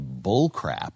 bullcrap